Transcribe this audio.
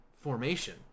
formation